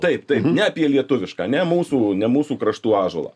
taip taip ne apie lietuvišką ne mūsų ne mūsų kraštų ąžuolą